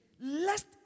lest